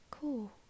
Cool